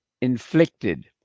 inflicted